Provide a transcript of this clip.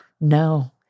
No